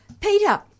Peter